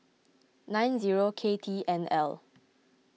nine zero K T N L